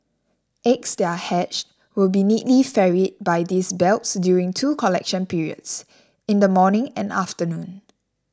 eggs they are hatched will be neatly ferried by these belts during two collection periods in the morning and afternoon